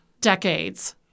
decades